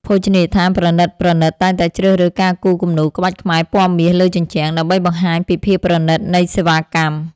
ភោជនីយដ្ឋានប្រណីតៗតែងតែជ្រើសរើសការគូរគំនូរក្បាច់ខ្មែរពណ៌មាសលើជញ្ជាំង ដើម្បីបង្ហាញពីភាពប្រណីតនៃសេវាកម្ម។